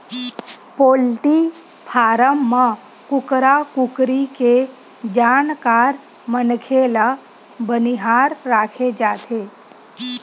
poultry farm म कुकरा कुकरी के जानकार मनखे ल बनिहार राखे जाथे